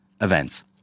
events